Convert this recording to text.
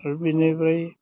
ओमफ्राय बेनिफ्राय